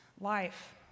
life